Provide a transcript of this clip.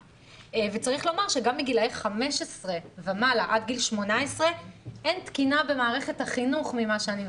צריך לומר שגם בגילאי 15-18 אין תקינה במערכת החינוך ממה שאני מבינה,